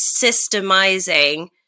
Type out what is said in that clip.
systemizing